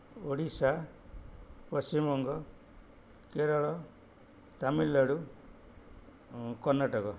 Odisha Paschimbanga Kerala Tamil Nadu Karnataka